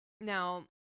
Now